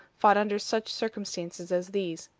fought under such circumstances as these.